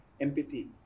empathy